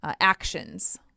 actions